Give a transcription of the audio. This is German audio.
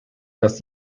dass